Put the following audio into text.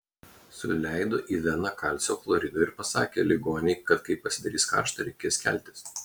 suleido į veną kalcio chlorido ir pasakė ligonei kad kai pasidarys karšta reikės keltis